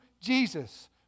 Jesus